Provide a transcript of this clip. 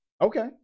Okay